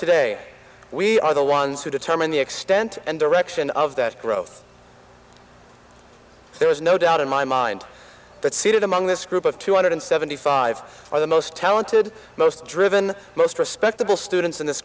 today we are the ones who determine the extent and direction of that growth there is no doubt in my mind that seated among this group of two hundred seventy five are the most talented most driven most respectable students in this